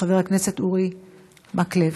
חבר הכנסת אורי מקלב.